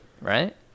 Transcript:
right